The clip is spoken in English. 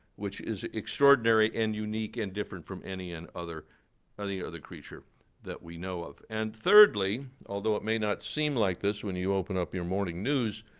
which is extraordinary and unique and different from any and other any other creature that we know of. and thirdly, although it may not seem like this when you open up your morning news,